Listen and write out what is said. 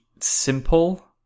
simple